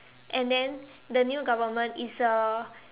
and then the new government is a